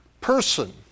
person